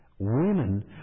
women